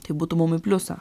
tai būtų mum į pliusą